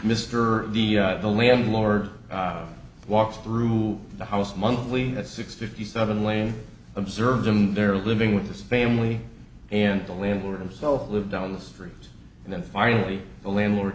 mr the landlord walks through the house monthly at six fifty seven lane observed them in their living with his family and the landlord him self live down the street and then finally the landlord